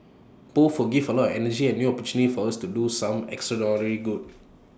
both will give A lot of energy and new opportunity for us to do some extraordinary good